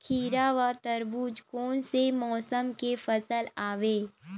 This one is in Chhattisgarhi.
खीरा व तरबुज कोन से मौसम के फसल आवेय?